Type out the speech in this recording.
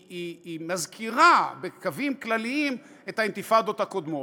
היא מזכירה בקווים כלליים את האינתיפאדות הקודמות.